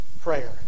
prayer